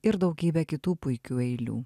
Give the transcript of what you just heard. ir daugybę kitų puikių eilių